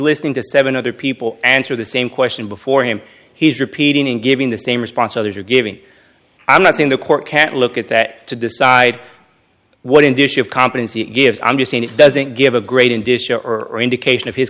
listening to seven other people answer the same question before him he's repeating and giving the same response others are giving i'm not saying the court can't look at that to decide what in dish of competency it gives i'm just saying it doesn't give a great indicia or indication of his